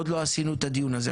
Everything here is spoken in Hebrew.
עוד לא עשינו את הדיון הזה.